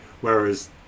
Whereas